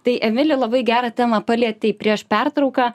tai emili labai gerą temą palietei prieš pertrauką